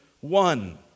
one